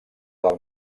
del